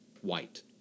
white